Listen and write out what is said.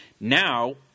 Now